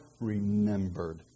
remembered